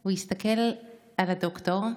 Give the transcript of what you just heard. הוא הסתכל על הדוקטור,